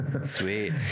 sweet